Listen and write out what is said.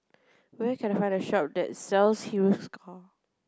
where can I find a shop that sells Hiruscar